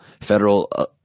federal